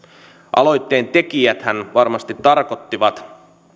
aloitteen tekijäthän varmasti tarkoittivat